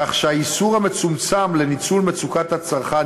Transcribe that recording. כך שהאיסור המצומצם של ניצול מצוקת הצרכן